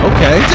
Okay